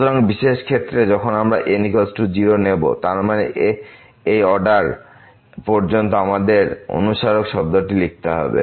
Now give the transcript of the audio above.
সুতরাং বিশেষ ক্ষেত্রে যখন আমরা n 0 নেব তার মানে এই অর্ডার পর্যন্ত আমাদের এই অনুস্মারক শব্দটি লিখতে হবে